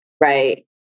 right